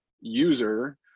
user